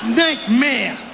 nightmare